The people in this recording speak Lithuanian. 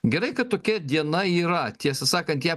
gerai kad tokia diena yra tiesą sakant ją